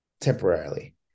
temporarily